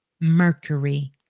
Mercury